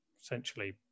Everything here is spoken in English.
essentially